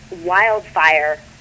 wildfire